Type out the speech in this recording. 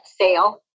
sale